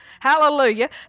Hallelujah